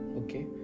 okay